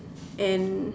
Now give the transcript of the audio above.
and